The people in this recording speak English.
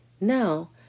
Now